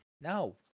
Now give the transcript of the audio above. No